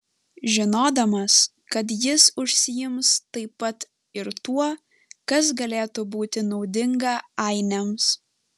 žinodamas kad jis užsiims taip pat ir tuo kas galėtų būti naudinga ainiams